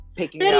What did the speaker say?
picking